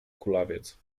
kulawiec